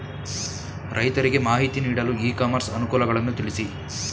ರೈತರಿಗೆ ಮಾಹಿತಿ ನೀಡಲು ಇ ಕಾಮರ್ಸ್ ಅನುಕೂಲಗಳನ್ನು ತಿಳಿಸಿ?